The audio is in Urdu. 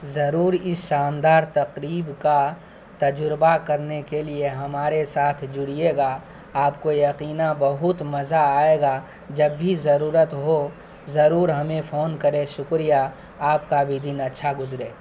ضرور اس شاندار تقریب کا تجربہ کرنے کے لیے ہمارے ساتھ جڑیئے گا آپ کو یقیناً بہت مزہ آئے گا جب بھی ضرورت ہو ضرور ہمیں فون کریں شکریہ آپ کا بھی دن اچھا گزرے